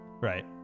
Right